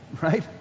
Right